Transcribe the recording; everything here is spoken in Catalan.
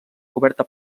coberta